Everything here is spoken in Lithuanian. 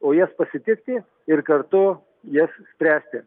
o jas pasitikti ir kartu jas spręsti